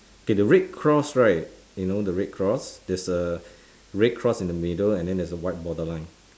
K the red cross right you know the red cross there's a red cross in the middle and then there's a white border line